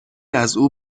ازاو